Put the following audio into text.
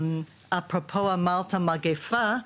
אפרופו, אמרת מגפה,